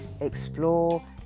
explore